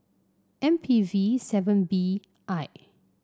M P V seven B I